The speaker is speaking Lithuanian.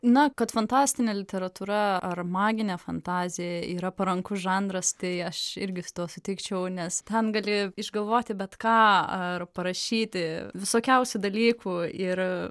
na kad fantastinė literatūra ar maginė fantazija yra parankus žanras tai aš irgi su tuo sutikčiau nes ten gali išgalvoti bet ką ar parašyti visokiausių dalykų ir